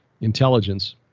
intelligence